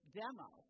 demo